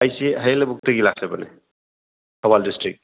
ꯑꯩꯁꯦ ꯍꯌꯦꯜ ꯂꯕꯨꯛꯇꯒꯤ ꯂꯥꯛꯆꯕꯅꯤ ꯊꯧꯕꯥꯜ ꯗꯤꯁꯇ꯭ꯔꯤꯛ